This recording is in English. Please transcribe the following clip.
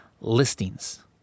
listings